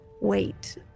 wait